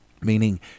Meaning